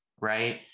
right